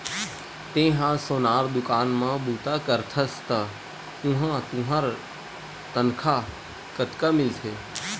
तेंहा सोनार दुकान म बूता करथस त उहां तुंहर तनखा कतका मिलथे?